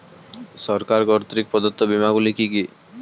সরকার কর্তৃক প্রদত্ত বিমা গুলি কি কি?